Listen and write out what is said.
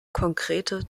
konkrete